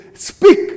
Speak